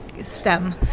STEM